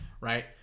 Right